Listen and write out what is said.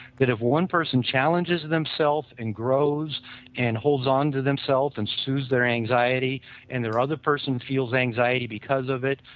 that if one person challenges themselves and grows and holds on to themselves and sues their anxiety and there are other person feels anxiety because of it,